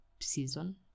season